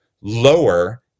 lower